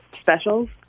specials